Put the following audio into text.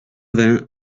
vingt